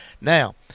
Now